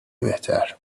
بهتر